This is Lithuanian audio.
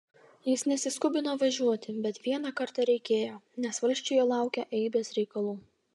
jis nesiskubino važiuoti bet vieną kartą reikėjo nes valsčiuje laukią eibės reikalų